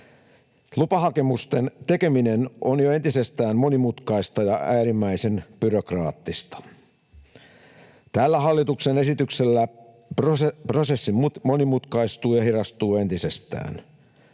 Lupahakemusten tekeminen on jo entisestään monimutkaista ja äärimmäisen byrokraattista. Tällä hallituksen esityksellä prosessi monimutkaistuu ja hidastuu entisestään.